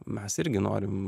mes irgi norim